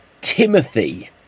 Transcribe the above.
Timothy